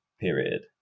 period